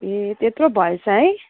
ए त्यत्रो भएछ है